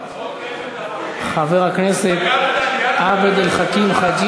חבר הכנסת עבד אל חכים חאג'